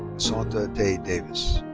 sort of tae davis.